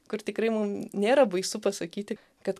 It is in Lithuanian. kur tikrai mum nėra baisu pasakyti kad